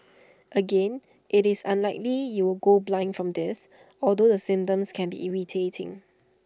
again IT is unlikely you will go blind from this although the symptoms can be irritating